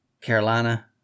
Carolina